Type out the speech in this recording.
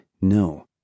no